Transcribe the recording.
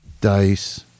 dice